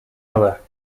other